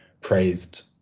praised